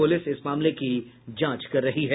police इस मामले की जांच कर रही है